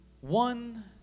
one